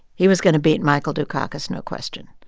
he was going to beat michael dukakis no question.